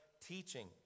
teaching